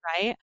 right